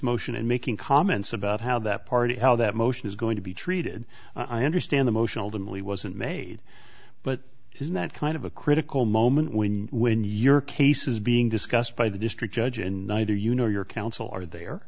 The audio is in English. motion and making comments about how that party how that motion is going to be treated i understand the motional the movie wasn't made but isn't that kind of a critical moment when when your case is being discussed by the district judge in neither you nor your counsel are there